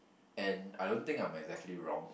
and I don't think I'm exactly wrong